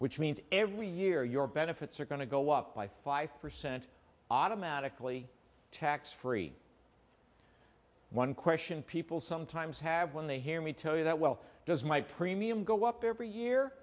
which means every year your benefits are going to go up by five percent automatically tax free one question people sometimes have when they hear me tell you that well does my premium go up every year